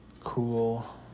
cool